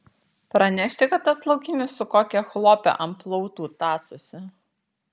pranešti kad tas laukinis su kokia chlope ant plautų tąsosi